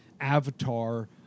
avatar